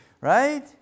Right